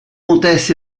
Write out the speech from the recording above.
comtesse